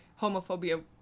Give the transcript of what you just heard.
homophobia